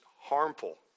harmful